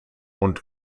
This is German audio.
und